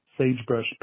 sagebrush